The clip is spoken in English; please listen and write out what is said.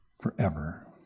forever